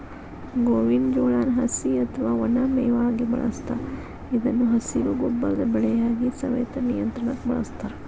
ಗೋವಿನ ಜೋಳಾನ ಹಸಿ ಅತ್ವಾ ಒಣ ಮೇವಾಗಿ ಬಳಸ್ತಾರ ಇದನ್ನು ಹಸಿರು ಗೊಬ್ಬರದ ಬೆಳೆಯಾಗಿ, ಸವೆತ ನಿಯಂತ್ರಣಕ್ಕ ಬಳಸ್ತಾರ